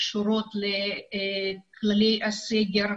שקשורות לכללי הסגר,